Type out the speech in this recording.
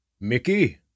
Mickey